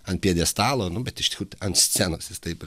ant pjedestalo nu bet iš tikrųjų tai ant scenos jis taip ir